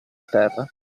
terra